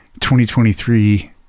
2023